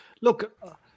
Look